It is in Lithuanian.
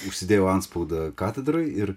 užsidėjau antspaudą katedroj ir